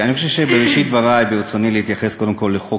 בראשית דברי ברצוני להתייחס קודם כול לחוק